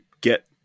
get